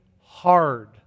hard